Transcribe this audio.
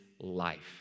life